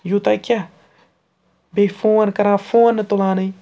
یوٗتاہ کیٛاہ بیٚیہِ فون کَران فون نہٕ تُلانٕے